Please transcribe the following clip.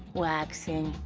waxing,